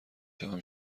شوم